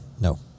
No